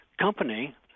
company